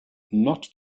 not